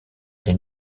est